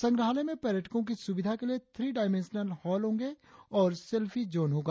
संग्रहालय में पर्यटको की सुविधा के लिए थ्री डाईमेंशनल हॉल होंगे और सेल्फी जोन होगा